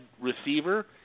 receiver